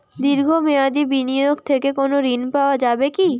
দীর্ঘ মেয়াদি বিনিয়োগ থেকে কোনো ঋন পাওয়া যাবে কী?